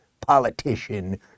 politician